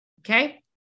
okay